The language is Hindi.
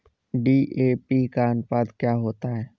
डी.ए.पी का अनुपात क्या होता है?